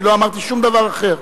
לא אמרתי שום דבר אחר.